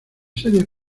sede